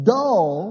dull